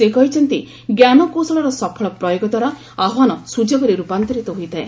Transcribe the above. ସେ କହିଛନ୍ତି ଜ୍ଞାନକୌଶଳର ସଫଳ ପ୍ରୟୋଗ ଦ୍ୱାରା ଆହ୍ବାନ ସୁଯୋଗରେ ରୂପାନ୍ତରିତ ହୋଇଥାଏ